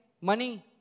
money